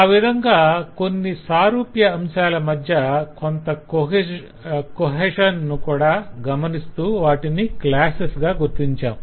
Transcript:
ఆ విధంగా కొన్ని సారూప్య అంశాల మధ్య కొంత కొహెషన్ ను కూడా గమనిస్తూ వాటిని క్లాసెస్ గా గుర్తించాం